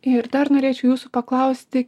ir dar norėčiau jūsų paklausti